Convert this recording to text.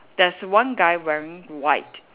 there's one guy wearing white